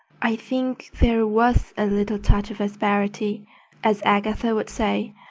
i think there was a little touch of asperity as agatha would say,